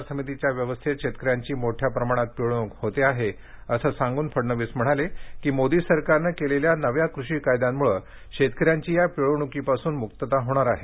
सध्याच्या बाजार समितीच्या व्यवस्थेत शेतक यांची मोठ्या प्रमाणात पिळवणूक होते असं सांगून फडणवीस यांनी सांगितलं की मोदी सरकारने केलेल्या नव्या कृषी कायद्यांमुळे शेतकऱ्यांची या पिळवणुकीपासून मुक्तता होणार आहे